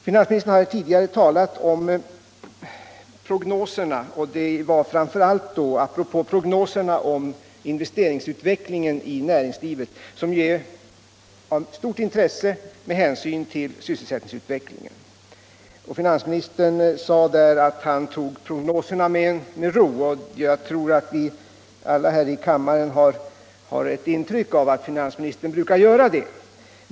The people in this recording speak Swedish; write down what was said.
Finansministern har tidigare talat om prognoserna, framför allt prognoserna för investeringsutvecklingen i näringslivet, som är av stort intresse med hänsyn till sysselsättningsutvecklingen. Han sade att han tog prognoserna med ro, och jag tror att vi alla här i kammaren har ett intryck av att finansministern brukar göra det.